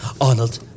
Arnold